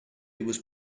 was